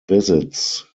visits